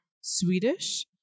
Swedish